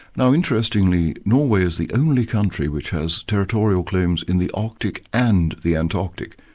now interestingly, norway is the only country which has territorial claims in the arctic and the antarctic.